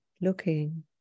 looking